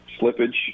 slippage